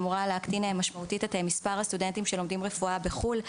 אמורה להקטין באופן ניכר את מספר הסטודנטים שלומדים רפואה בחו"ל.